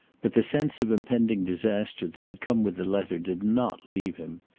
but the sense of impending disaster that had come with the letter did not leave him.